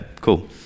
cool